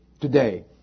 today